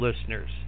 listeners